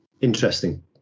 interesting